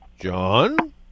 John